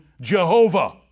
Jehovah